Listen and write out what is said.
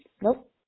Nope